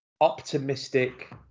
Optimistic